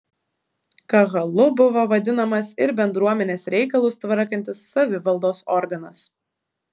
kahalu buvo vadinamas ir bendruomenės reikalus tvarkantis savivaldos organas